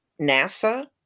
NASA